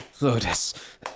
Lotus